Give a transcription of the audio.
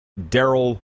Daryl